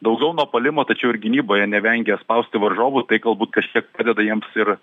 daugiau nuo puolimo tačiau ir gynyboje nevengia spausti varžovus tai galbūt kažkiek padeda jiems ir